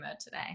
today